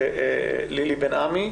לילי בן עמי,